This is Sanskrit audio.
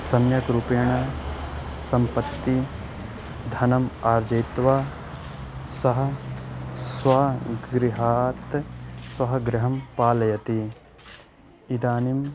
सम्यक् रूपेण सम्पत्ति धनम् आअर्जयित्वा सः स्वगृहात् स्वः गृहं पालयति इदानीं